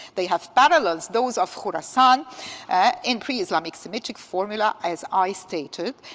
they have parallels, those of khurasan in pre-islamic semantic formula as i stated.